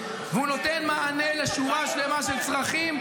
והוא נותן מענה לשורה שלמה של צרכים,